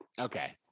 okay